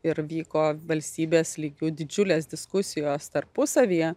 ir vyko valstybės lygiu didžiulės diskusijos tarpusavyje